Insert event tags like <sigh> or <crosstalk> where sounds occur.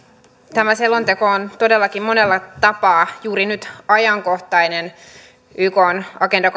tämä selonteko on todellakin monella tapaa juuri nyt ajankohtainen ykn agenda <unintelligible>